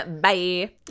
bye